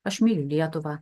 aš myliu lietuvą